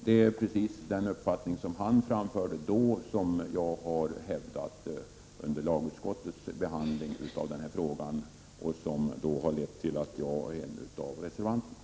Det är precis den uppfattning han framförde då som jag har hävdat under lagrådsbehandlingen av denna fråga. Detta har lett till att jag är en av reservanterna.